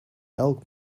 elk